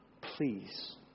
Please